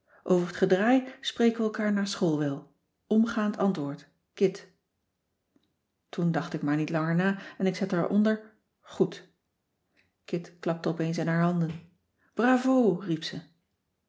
over t gedraai spreken we elkaar na school wel omgaand antwoord kit toen dacht ik maar niet langer na en ik zette er onder goed kit klapte opeens in haar handen bravo